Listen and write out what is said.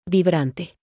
Vibrante